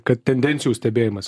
kad tendencijų stebėjimas